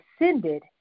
ascended